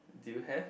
do you have